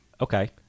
okay